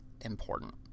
important